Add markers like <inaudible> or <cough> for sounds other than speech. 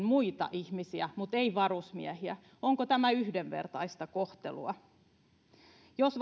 <unintelligible> muita ihmisiä palaamaan takaisin mutta ei varusmiehiä onko tämä yhdenvertaista kohtelua jos <unintelligible>